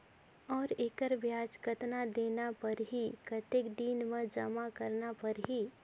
और एकर ब्याज कतना देना परही कतेक दिन मे जमा करना परही??